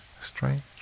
strange